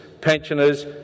pensioners